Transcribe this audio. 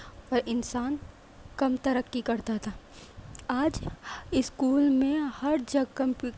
اور انسان کم ترقی کرتا تھا آج اسکول میں ہر جگہ کمپیوٹ